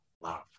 love